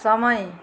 समय